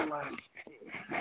नमस्ते